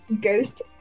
Ghost